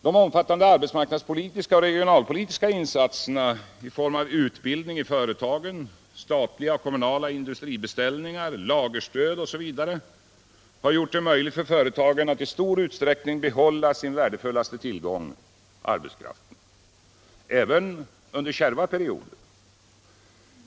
De omfattande arbetsmarknadspolitiska och regionalpolitiska insatserna i form av utbildning i företagen, statliga och kommunala industribeställningar, lagerstöd osv. har gjort det möjligt för företagen att i stor utsträckning behålla sin värdefullaste tillgång, arbetskraften, även under kärva perioder.